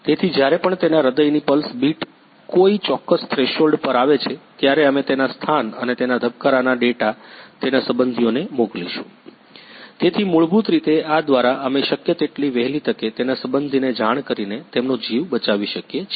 તેથી જ્યારે પણ તેના હૃદયની પલ્સ બીટ કોઈ ચોક્કસ થ્રેશોલ્ડ પર આવે છે ત્યારે અમે તેના સ્થાન અને તેના ધબકારાના ડેટા તેના સંબંધીઓને મોકલીશું તેથી મૂળભૂત રીતે આ દ્વારા અમે શક્ય તેટલી વહેલી તકે તેના સંબંધીને જાણ કરીને તેમનો જીવ બચાવી શકીએ છીએ